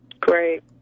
Great